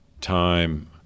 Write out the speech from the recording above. time